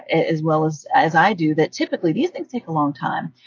as well as as i do, that typically these things take a long time.